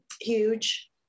huge